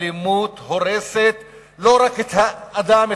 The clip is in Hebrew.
האלימות הורסת לא רק את האדם,